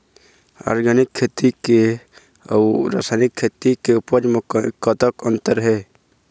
Organic खेती के अउ रासायनिक खेती के उपज म कतक अंतर हे?